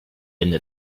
into